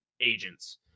agents